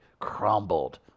crumbled